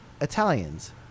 Italians